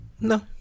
No